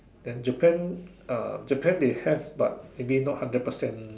then Japan uh Japan they have but maybe not hundred percent